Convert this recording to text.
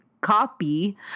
copy